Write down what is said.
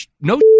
no